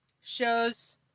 shows